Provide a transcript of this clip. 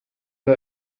إلى